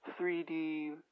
3D